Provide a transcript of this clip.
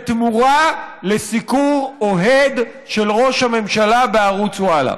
בתמורה לסיקור אוהד של ראש הממשלה בערוץ וואלה.